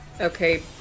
Okay